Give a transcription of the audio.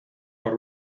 por